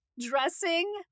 dressing